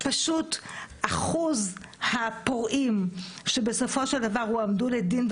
פשוט אחוז הפורעים שבסופו של דבר הועמדו לדין,